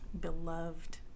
Beloved